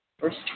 first